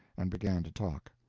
and began to talk.